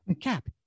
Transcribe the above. Cap